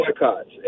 boycotts